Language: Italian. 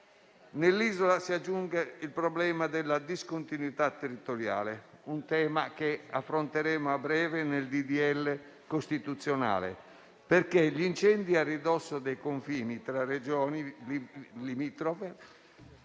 Nell'isola si aggiunge il problema della discontinuità territoriale, un tema che affronteremo a breve nel disegno di legge costituzionale. Gli incendi a ridosso dei confini tra Regioni limitrofe